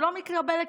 שלא מתקבל לקיבוץ.